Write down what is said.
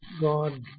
God